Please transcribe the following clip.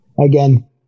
again